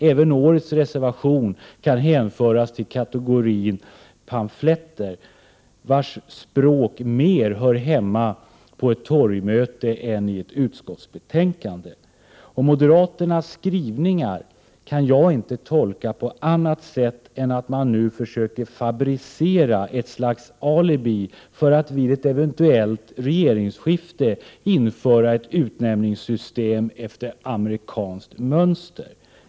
Även årets reservation kan hänföras till kategorin pamfletter, vars språk mer hör hemma på ett torgmöte än i ett utskottsbetänkande. Och moderaternas skrivningar kan jag inte tolka på annat sätt än att man nu försöker fabricera ett slags alibi för att vid ett eventuellt regeringsskifte införa ett utnämningssystem efter amerikanskt mönster.